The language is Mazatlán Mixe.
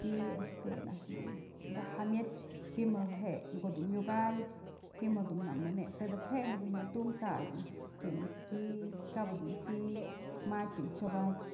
ti'i kä jamyëch ji'im je'e në ko'o dun yokjayëp, ji'im dun nëwi'inepedëp je'e jedun nyatum ka'a jedun tyam ti'ijë, kap jedun ti'i ma'a tyam t'sobadyë.